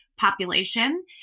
population